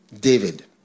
David